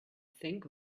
think